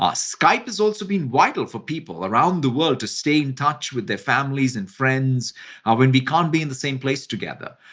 ah skype is also been vital for people around the world to stay in touch with their families and friends ah when we can't be in the same place together.